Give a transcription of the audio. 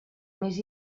més